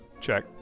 check